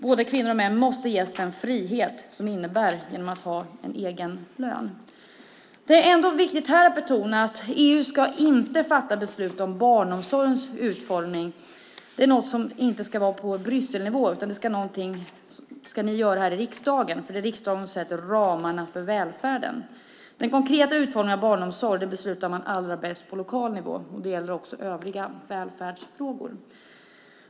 Både kvinnor och män måste ges den frihet som det innebär att ha en egen lön. Det är viktigt att betona att EU inte ska fatta beslut om barnomsorgens utformning. Det är något som inte ska göras på Brysselnivå, utan det ska ni göra här i riksdagen, för det är riksdagen som sätter ramarna för välfärden. Den konkreta utformningen av barnomsorg beslutar man allra bäst på lokal nivå. Det gäller också övriga välfärdsfrågor.